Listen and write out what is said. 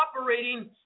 operating